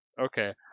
Okay